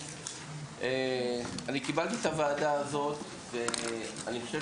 אני קיבלתי את הוועדה הזאת ואני חושב